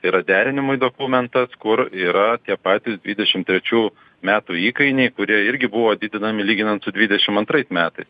tai yra derinimui dokumentas kur yra tie patys dvidešim trečių metų įkainiai kurie irgi buvo didinami lyginant su dvidešimt antrais metais